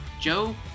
Joe